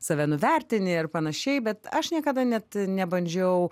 save nuvertini ir panašiai bet aš niekada net nebandžiau